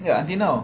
ya until now